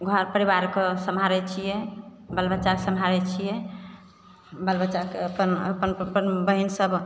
घर परिवारके सम्हारै छिए बाल बच्चा सम्हारै छिए बाल बच्चाके अपन अपन बहिनसभ